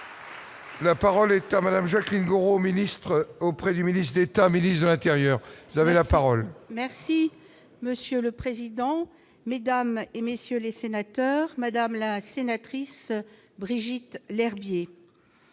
La parole est à Madame Jacqueline Gourault, ministre auprès du ministre d'État, ministre de l'Intérieur, vous avez la parole. Merci monsieur le président, Mesdames et messieurs les sénateurs, Madame la sénatrice Brigitte Lherbier,